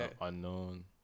Unknown